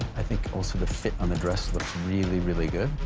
i think also the fit on the dress looks really, really good.